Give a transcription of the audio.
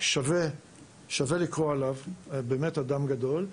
שווה לקרוא עליו, באמת אדם גדול.